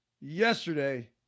yesterday